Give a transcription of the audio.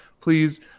please